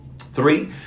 Three